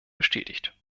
bestätigt